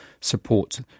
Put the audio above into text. support